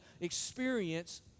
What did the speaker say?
experience